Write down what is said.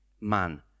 man